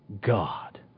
God